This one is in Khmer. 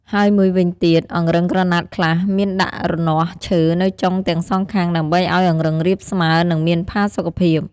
ហើយមួយវិញទៀត អង្រឹងក្រណាត់ខ្លះមានដាក់រនាស់ឈើនៅចុងទាំងសងខាងដើម្បីឲ្យអង្រឹងរាបស្មើ និងមានផាសុកភាព។